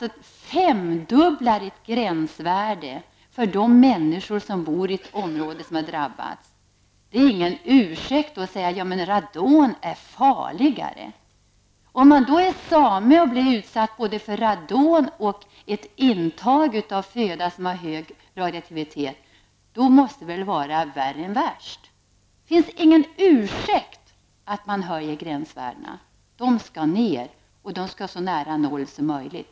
Man femdubblar alltså gränsvärdet för de människor som bor i ett område som har drabbats. Det är ingen ursäkt att säga att radon är farligare. Om man är same och blir utsatt för radon och dessutom har ett intag av föda med hög radioaktivitet måste det väl vara värre än värst. Det finns ingen ursäkt att höja gränsvärdet. Det skall ned, och det skall vara så nära noll som möjligt.